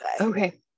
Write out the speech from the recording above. Okay